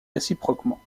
réciproquement